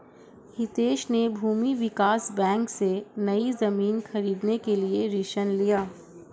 हितेश ने भूमि विकास बैंक से, नई जमीन खरीदने के लिए ऋण लिया